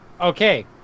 Okay